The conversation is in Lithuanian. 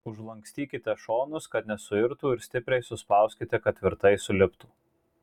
užlankstykite šonus kad nesuirtų ir stipriai suspauskite kad tvirtai suliptų